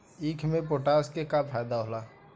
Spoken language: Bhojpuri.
ईख मे पोटास के का फायदा होला?